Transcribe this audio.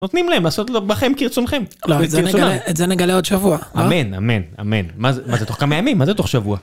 נותנים להם לעשות לו, בכם כרצונכם. את זה נגלה עוד שבוע. אמן, אמן, אמן. מה זה תוך כמה ימים? מה זה תוך שבוע?